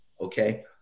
Okay